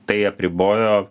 tai apribojo